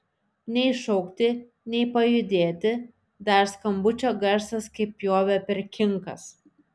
nei šaukti nei pajudėti dar skambučio garsas kaip pjovė per kinkas